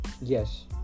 Yes